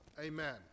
amen